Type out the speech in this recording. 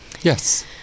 Yes